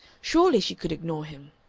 surely she could ignore him.